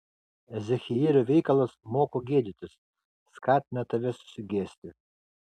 ezechielio veikalas moko gėdytis skatina tave susigėsti